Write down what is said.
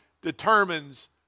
determines